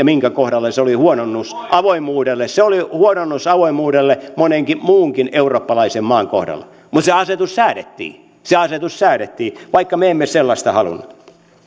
minkä kohdalla se oli huononnus avoimuudelle se oli huononnus avoimuudelle monen muunkin eurooppalaisen maan kohdalla mutta se asetus säädettiin se asetus säädettiin vaikka me emme sellaista halunneet